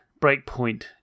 Breakpoint